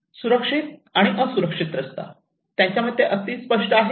सुरक्षित आणि असुरक्षित रस्ता त्यांच्या मते अगदी स्पष्ट आहे